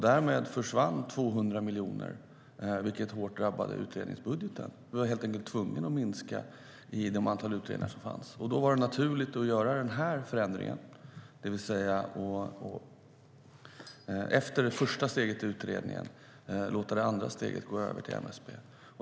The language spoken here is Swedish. Därmed försvann 200 miljoner, vilket hårt drabbade utredningsbudgeten. Vi var helt enkelt tvungna att minska antalet utredningar. Då var det naturligt att göra den förändringen, det vill säga att efter det första steget i utredningen låta det andra steget gå över till MSB.